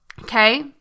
Okay